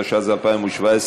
התשע"ז 2017,